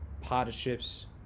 partnerships